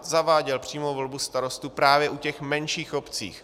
Zaváděl přímou volbu starostů právě u těch menších obcí.